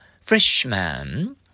Freshman